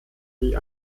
die